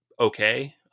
okay